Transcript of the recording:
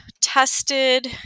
tested